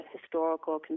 historical